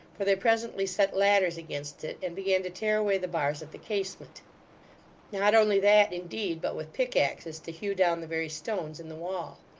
for they presently set ladders against it, and began to tear away the bars at the casement not only that, indeed, but with pickaxes to hew down the very stones in the wall.